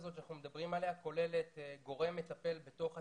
הזאת שאנחנו מדברים עליה כוללת גורם מטפל בתוך הצבא?